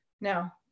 Now